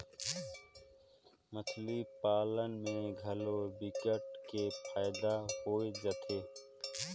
मछरी पालन में घलो विकट के फायदा हो जाथे